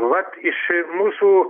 vat iš mūsų